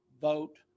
vote